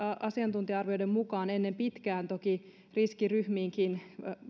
asiantuntija arvioiden mukaan ennen pitkää toki riskiryhmiinkin